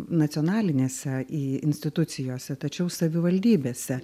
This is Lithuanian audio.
nacionalinėse institucijose tačiau savivaldybėse